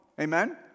Amen